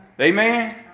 Amen